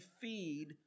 feed